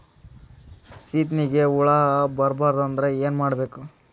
ಸೀತ್ನಿಗೆ ಹುಳ ಬರ್ಬಾರ್ದು ಅಂದ್ರ ಏನ್ ಮಾಡಬೇಕು?